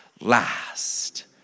last